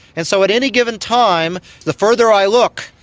and so at any given time the further i look,